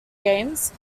games